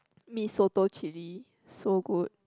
Mee-Soto chilli so good